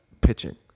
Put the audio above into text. pitching